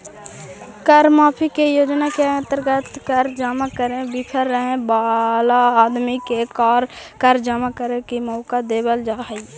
कर माफी के योजना के अंतर्गत कर जमा करे में विफल रहे वाला आदमी के कर जमा करे के मौका देवल जा हई